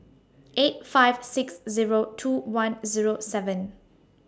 eight five six Zero two one Zero seven